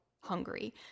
hungry